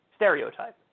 stereotype